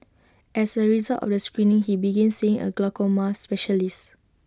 as A result of the screening he begin seeing A glaucoma specialist